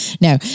no